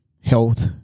health